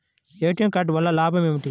ATM card వల్ల లాభం ఏమిటి?